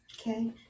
Okay